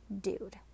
dude